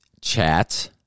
chat